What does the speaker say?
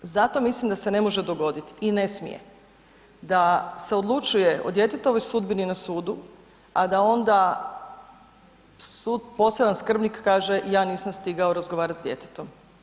Zato mislim da se ne može dobiti i ne smije da se odlučuje o djetetovoj sudbini na sudu, a da onda sud, poseban skrbnik kaže ja nisam stigao razgovarati s djetetom.